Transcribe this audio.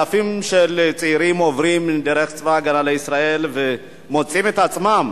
אלפי צעירים עוברים דרך צבא-הגנה לישראל ומוצאים שהם